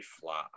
flat